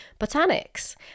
botanics